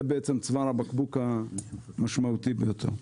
לכן, זה צוואר הבקבוק המשמעותי ביותר.